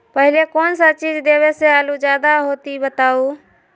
पहले कौन सा चीज देबे से आलू ज्यादा होती बताऊं?